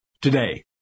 today